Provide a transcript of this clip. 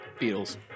Beatles